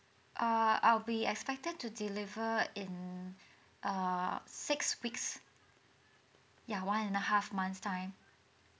err I'll be expected to deliver in err six weeks ya one and a half months time